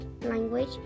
language